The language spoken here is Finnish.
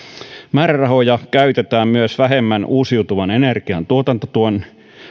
määrärahoja käytetään vähemmän myös uusiutuvan energian tuotantotuen